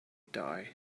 die